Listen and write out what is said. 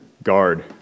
Guard